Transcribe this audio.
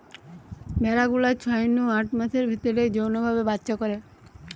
ভেড়া গুলা ছয় নু আট মাসের ভিতরেই যৌন ভাবে বাচ্চা করে